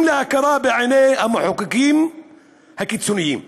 להכרה בעיני המחוקקים הקיצוניים,